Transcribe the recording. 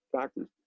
factors